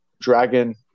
dragon